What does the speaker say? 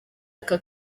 aka